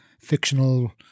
fictional